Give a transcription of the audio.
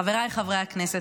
חבריי חברי הכנסת,